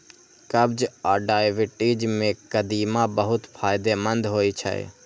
कब्ज आ डायबिटीज मे कदीमा बहुत फायदेमंद होइ छै